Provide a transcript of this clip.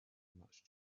much